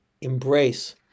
embrace